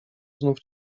znów